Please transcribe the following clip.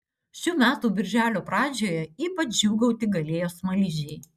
šių metų birželio pradžioje ypač džiūgauti galėjo smaližiai